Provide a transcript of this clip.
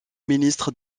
ministre